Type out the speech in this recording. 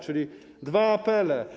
Czyli dwa apele.